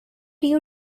you